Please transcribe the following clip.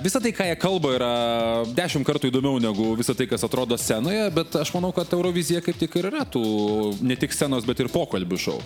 visa tai ką kalba yra dešimt kartų įdomiau negu visa tai kas atrodo scenoje bet aš manau kad eurovizija kaip tikra tu ne tik scenos bet ir pokalbių šou